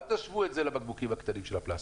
אל תשוו את זה לבקבוקים הקטנים של הפלסטיק.